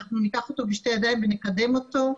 אנחנו ניקח אותו בשתי ידיים ונקדם אותו.